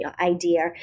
idea